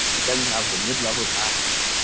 then we have the mid level tasks,